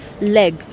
leg